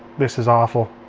this is awful.